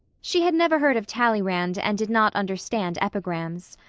she had never heard of tallyrand and did not understand epigrams.